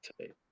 today